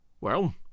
Well